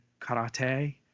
karate